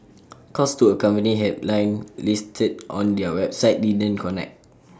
calls to A company helpline listed on their website didn't connect